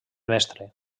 mestre